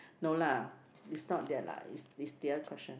no lah is not that lah is is the other question